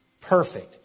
perfect